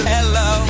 Hello